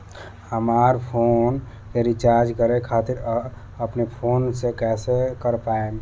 हमार फोन के रीचार्ज करे खातिर अपने फोन से कैसे कर पाएम?